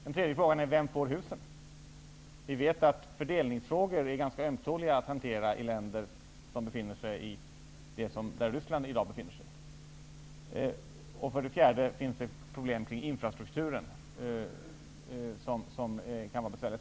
Det tredje frågan är: Vem får husen? Vi vet att fördelningsfrågor är ganska ömtåliga att hantera i länder som befinner sig i den situation där Ryssland är i dag. För det fjärde finns det problem kring infrastrukturen som kan vara besvärliga.